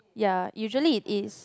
ya usually it is